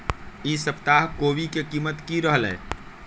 ई सप्ताह कोवी के कीमत की रहलै?